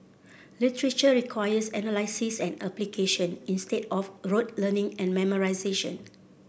literature requires analysis and application instead of rote learning and memorisation